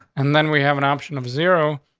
and then we have an option of zero,